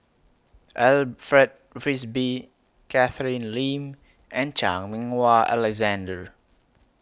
Alfred Frisby Catherine Lim and Chan Meng Wah Alexander